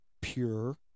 pure